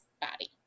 body